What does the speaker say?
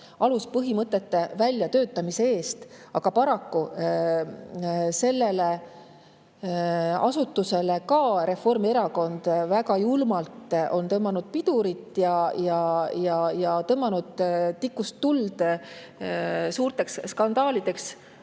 aluspõhimõtete väljatöötamise eest, aga paraku on sellele asutusele Reformierakond väga julmalt pidurit vajutanud ja tõmmanud tikust tuld suurteks skandaalideks.